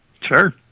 Sure